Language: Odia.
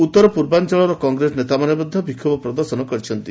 ଉତ୍ତର ପୂର୍ବାଞ୍ଚଳର କଂଗ୍ରେସ ନେତାମାନେ ମଧ୍ୟ ବିକ୍ଷୋଭ ପ୍ରଦର୍ଶନ କରିଛନ୍ତି